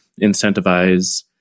incentivize